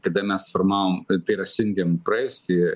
kada mes formavom tai yra siuntėm praėjusį